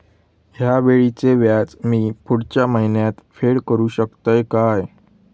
हया वेळीचे व्याज मी पुढच्या महिन्यात फेड करू शकतय काय?